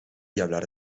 hablar